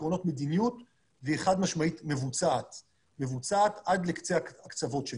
אנחנו מוודאים שהמדיניות מבוצעת עד לקצה הקצוות שלה.